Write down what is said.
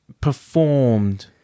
performed